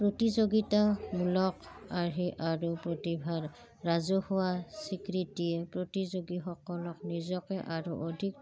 প্ৰতিযোগিতামূলক আৰ্হি আৰু প্ৰতিভাৰ ৰাজহুৱা স্বীকৃতিয়ে প্ৰতিযোগীসকলক নিজকে আৰু অধিক